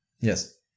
Yes